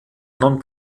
non